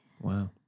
Wow